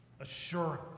assurance